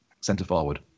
centre-forward